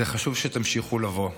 חשוב שתמשיכו לבוא.